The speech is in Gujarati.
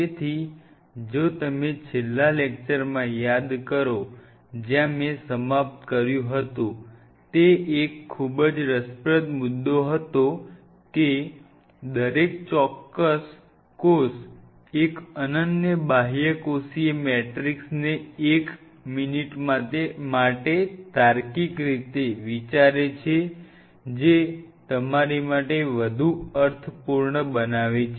તેથી જો તમે છેલ્લા લેક્ચરમાં યાદ કરો જ્યાં મેં સમાપ્ત કર્યું હતું તે એક ખૂબ જ રસપ્રદ મુદ્દો હતો કે દરેક કોષ એક અનન્ય બાહ્યકોષીય મેટ્રિક્સને એક મિનિટ માટે તાર્કિક રીતે વિચારે છે જે તમારી માટે વધુ અર્થપૂર્ણ બનાવે છે